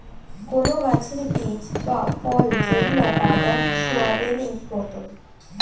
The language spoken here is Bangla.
কোন গাছের বীজ বা ফল যেগুলা বাদাম, সোয়াবেনেই মতোন